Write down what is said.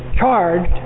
Charged